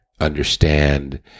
understand